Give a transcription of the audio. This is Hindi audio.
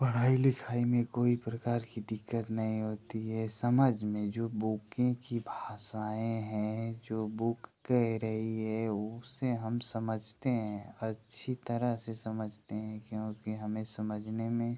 पढ़ाई लिखाई में कोई प्रकार की दिक्कत नहीं होती है समझ में जो बुकें की भाषाएँ हैं जो बुक कह रही है उसे हम समझते हैं अच्छी तरह से समझते हैं क्योंकि हमें समझने में